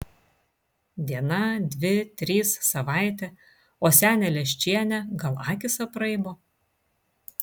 diena dvi trys savaitė o senė leščienė gal akys apraibo